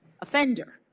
offender